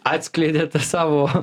atskleidėte savo